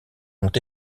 ont